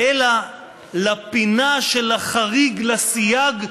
אלא לפינה של החריג לסייג,